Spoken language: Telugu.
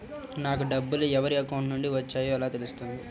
నాకు డబ్బులు ఎవరి అకౌంట్ నుండి వచ్చాయో ఎలా తెలుస్తుంది?